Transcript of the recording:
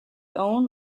own